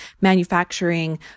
manufacturing